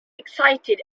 excited